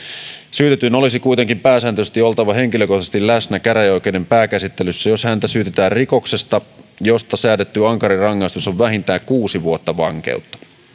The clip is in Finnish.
syytetyn olisi kuitenkin pääsääntöisesti oltava henkilökohtaisesti läsnä käräjäoikeuden pääkäsittelyssä jos häntä syytetään rikoksesta josta säädetty ankarin rangaistus on vähintään kuusi vuotta vankeutta